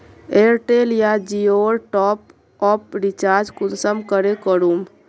Airtel या जियोर top आप रिचार्ज कुंसम करे करूम?